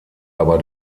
aber